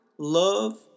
Love